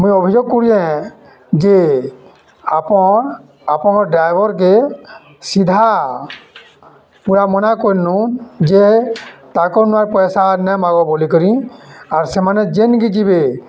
ମୁଇଁ ଅଭିଯୋଗ କରୁଛେ ଯେ ଆପଣ ଆପଣଙ୍କ ଡ୍ରାଇଭର୍କେ ସିଧା ପୁରା ମନା କରିନୁ ଯେ ତାକୁ ନୂଆ ପଇସା ନେ ମାଗ ବୋଲି କରି ଆର୍ ସେମାନେ ଯେନ୍ କି ଯିବେ